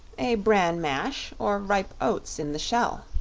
a bran mash or ripe oats in the shell?